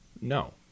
no